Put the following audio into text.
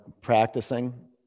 practicing